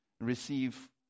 receive